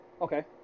Okay